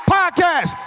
Podcast